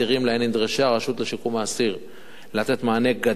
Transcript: נדרשה הרשות לשיקום האסיר לתת מענה גדל.